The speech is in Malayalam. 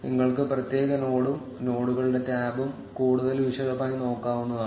നിങ്ങൾക്ക് പ്രത്യേക നോഡും നോഡുകളുടെ ടാബും കൂടുതൽ വിശദമായി നോക്കാവുന്നതാണ്